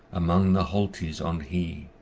among the holtes on hee.